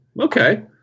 Okay